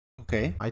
Okay